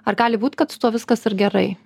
ar gali būt kad su tuo viskas ir gerai